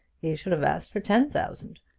he should have asked for ten thousand.